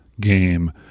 game